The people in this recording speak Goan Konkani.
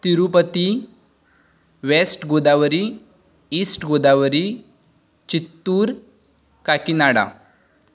Tirupati west Godavari east Godavari Chittoor Kakinada